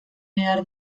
behar